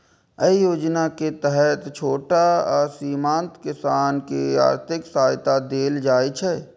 एहि योजना के तहत छोट आ सीमांत किसान कें आर्थिक सहायता देल जाइ छै